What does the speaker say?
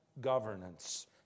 governance